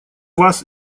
вас